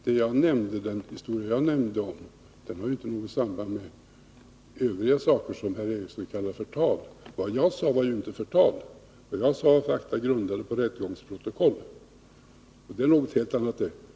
Dessutom hade den historia som jag nämnde inte något samband med de övriga företeelser som herr Ericson kallar förtal. Vad jag sade var ju inte förtal. Vad jag framförde var fakta grundade på rättegångsprotokoll, och det är något helt annat.